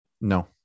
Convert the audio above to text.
No